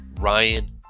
Ryan